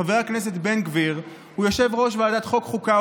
חבר הכנסת בן גביר הוא יושב-ראש ועדת החוקה,